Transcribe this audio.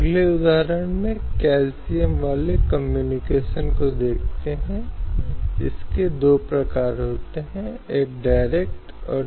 उन्हें ऐसी प्रथाओं का त्याग करना है और यह देखना है कि महिलाओं की गरिमा बनी रहे